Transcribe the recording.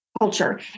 Culture